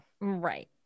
Right